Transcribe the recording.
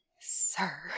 sir